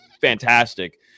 fantastic